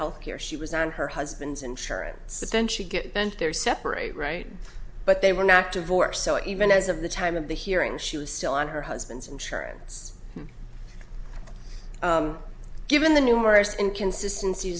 health care she was on her husband's insurance but then she get bent their separate right but they were not divorced so even as of the time of the hearing she was still on her husband's and she and it's given the numerous inconsistency